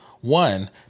one